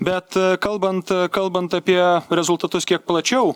bet kalbant kalbant apie rezultatus kiek plačiau